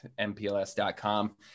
mpls.com